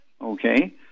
Okay